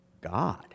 God